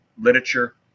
literature